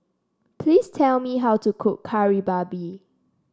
please tell me how to cook Kari Babi